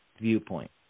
viewpoint